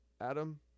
Adam